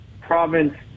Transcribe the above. province